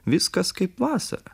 viskas kaip vasarą